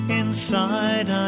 inside